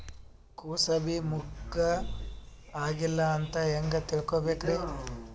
ಕೂಸಬಿ ಮುಗ್ಗ ಆಗಿಲ್ಲಾ ಅಂತ ಹೆಂಗ್ ತಿಳಕೋಬೇಕ್ರಿ?